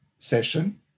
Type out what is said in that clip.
session